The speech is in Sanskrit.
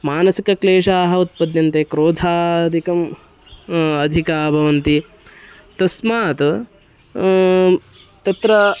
मानसिकक्लेशाः उत्पद्यन्ते क्रोधादिकम् अधिका भवन्ति तस्मात् तत्र